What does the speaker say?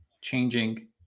changing